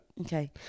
Okay